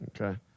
Okay